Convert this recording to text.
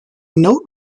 note